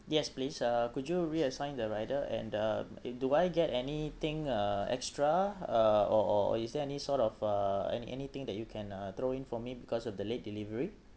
yes please uh could you reassign the rider and the do I get anything uh extra uh or or is there any sort of uh any anything that you can uh throw in for me because of the late delivery